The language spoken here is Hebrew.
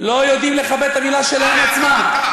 יכול להיות שצריך להפריד, צריך להפריד.